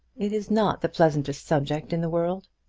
it is not the pleasantest subject in the world.